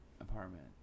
apartment